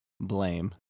blame